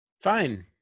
Fine